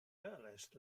earliest